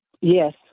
Yes